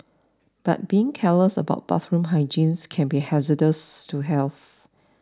but being careless about bathroom hygiene can be hazardous to health